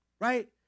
right